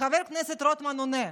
וחבר הכנסת רוטמן עונה: